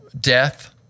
death